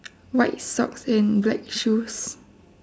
white socks and black shoes